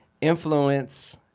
Influence